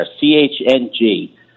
C-H-N-G